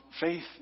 faith